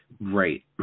Right